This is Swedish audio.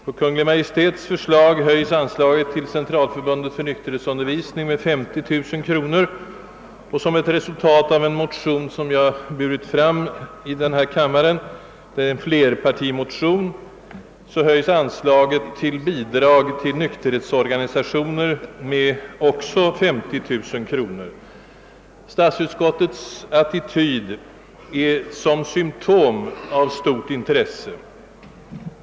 På Kungl. Maj:ts förslag höjs anslaget till Centralförbundet för nykterhetsundervisning med 50 000 kronor, och som ett resultat av en flerpartimotion, som jag burit fram i denna kammare och herr Bengtson i första kammaren, höjs anslaget Bidrag till nykterhetsorganisationer också med 50 000 kronor. Statsutskottets attityd i år är som symtom på oron i vida kretsar över utvecklingen av stort intresse.